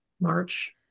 march